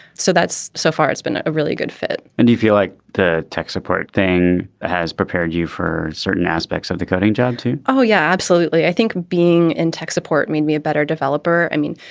so that's so far it's been a really good fit and you feel like the tech support thing has prepared you for certain aspects of the cutting job, too oh, yeah, absolutely. i think being in tech support made me a better developer. i mean,